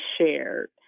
shared